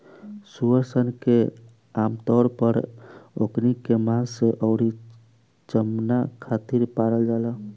सूअर सन के आमतौर पर ओकनी के मांस अउरी चमणा खातिर पालल जाला